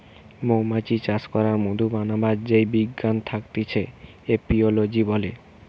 মৌমাছি চাষ করে মধু বানাবার যেই বিজ্ঞান থাকতিছে এপিওলোজি বলে